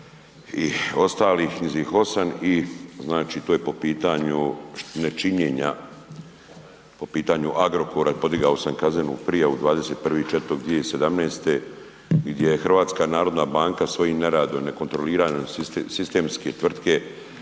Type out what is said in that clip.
i ostalih, njizih 8 i znači to je po pitanju nečinjenja, po pitanju Agrokora podigao sam kaznenu prijavu 21.4.2017. gdje je HNB svojim neradom, ne kontroliranjem sistemske tvrtke,